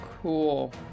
Cool